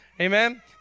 Amen